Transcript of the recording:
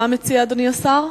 מה מציע אדוני השר?